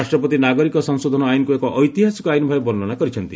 ରାଷ୍ଟ୍ରପତି ନାଗରିକ ସଂଶୋଧନ ଆଇନକୁ ଏକ ଐତିହାସିକ ଆଇନ ଭାବେ ବର୍ଷ୍ନା କରିଛନ୍ତି